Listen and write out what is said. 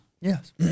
Yes